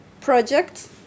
project